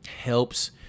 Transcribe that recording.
helps